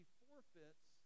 forfeits